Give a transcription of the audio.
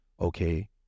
okay